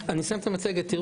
אסיים את המצגת.